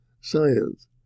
science